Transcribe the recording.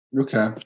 Okay